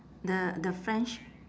the the french